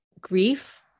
grief